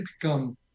become